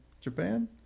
Japan